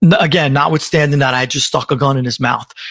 and again, notwithstanding that i had just stuck a gun in his mouth,